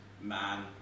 man